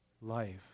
life